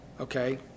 okay